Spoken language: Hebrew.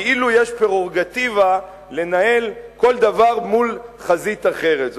כאילו יש פררוגטיבה לנהל כל דבר מול חזית אחרת.